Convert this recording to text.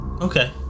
Okay